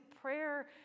prayer